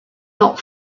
not